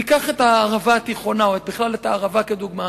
ניקח את הערבה התיכונה, או בכלל את הערבה כדוגמה.